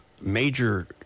major